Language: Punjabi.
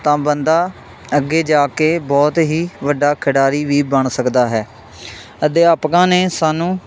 ਤਾਂ ਬੰਦਾ ਅੱਗੇ ਜਾ ਕੇ ਬਹੁਤ ਹੀ ਵੱਡਾ ਖਿਡਾਰੀ ਵੀ ਬਣ ਸਕਦਾ ਹੈ ਅਧਿਆਪਕਾਂ ਨੇ ਸਾਨੂੰ